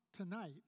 Tonight